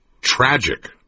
tragic